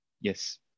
Yes